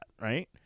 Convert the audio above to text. right